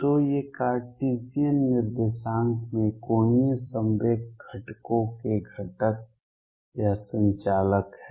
तो ये कार्टेशियन निर्देशांक में कोणीय संवेग घटकों के घटक या संचालक हैं